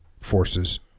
forces